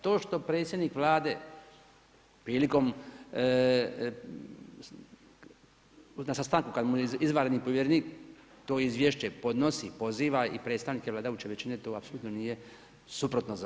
To što predsjednik Vlade prilikom, na sastanku kad mu je izvanredni povjerenik to izvješće podnosi, poziva i predstavnike vladajuće većine to apsolutno nije suprotno zakonu.